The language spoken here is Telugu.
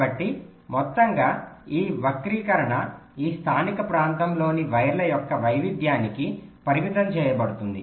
కాబట్టి మొత్తంగా ఈ వక్రీకరణ ఈ స్థానిక ప్రాంతంలోని వైర్ల యొక్క వైవిధ్యానికి పరిమితం చేయబడుతుంది